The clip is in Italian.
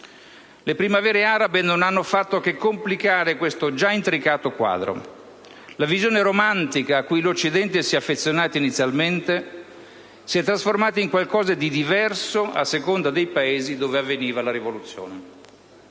Le primavere arabe non hanno fatto che complicare questo già intricato quadro. La visione romantica a cui l'Occidente si è affezionato inizialmente si è trasformata in qualcosa di diverso, a seconda dei Paesi dove avveniva la rivoluzione.